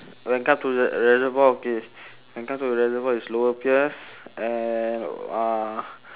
when come to re~ reservoir okay when come to reservoir it's lower peirce and uh